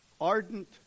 Ardent